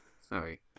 Sorry